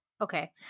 okay